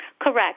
Correct